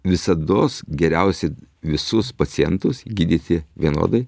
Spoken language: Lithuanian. visados geriausiai visus pacientus gydyti vienodai